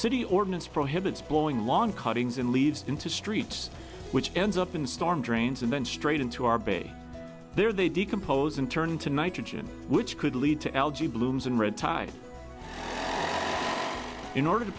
city ordinance prohibits blowing long cuttings in leaves into streets which ends up in storm drains and then straight into our bay there they decompose and turn into nitrogen which could lead to algae blooms and red tide in order to